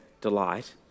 delight